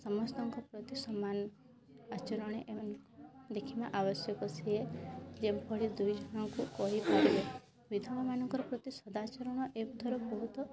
ସମସ୍ତଙ୍କ ପ୍ରତି ସମାନ ଆଚରଣେ ଏମାନଙ୍କୁ ଦେଖିବା ଆବଶ୍ୟକ ସେ ଯେଉଁଭଳି ଦୁଇଜଣଙ୍କୁ କହିପାରିବେ ବିଧବାମାନଙ୍କର ପ୍ରତି ଅସଦାଚାରଣ ଏଥର ବହୁତ